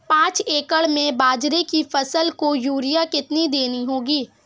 पांच एकड़ में बाजरे की फसल को यूरिया कितनी देनी होगी?